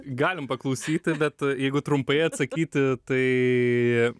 galim paklausyti bet jeigu trumpai atsakyti tai